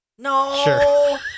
No